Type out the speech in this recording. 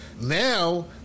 Now